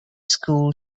school